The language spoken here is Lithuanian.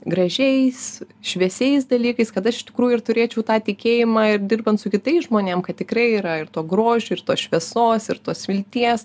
gražiais šviesiais dalykais kad aš iš tikrųjų ir turėčiau tą tikėjimą ir dirbant su kitais žmonėm kad tikrai yra ir to grožio ir tos šviesos ir tos vilties